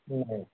हो हो